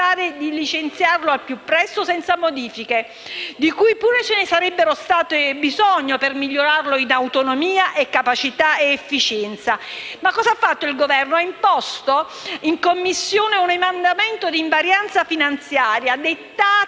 il Governo? Ha imposto in Commissione un emendamento di invarianza finanziaria, dettato